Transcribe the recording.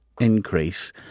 increase